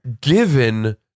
Given